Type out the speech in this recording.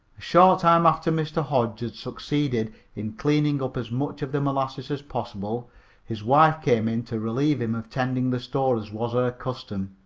short time after mr. hodge had succeeded in cleaning up as much of the molasses as possible his wife came in to relieve him of tending the store, as was her custom.